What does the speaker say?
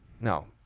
No